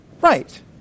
Right